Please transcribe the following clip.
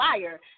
liar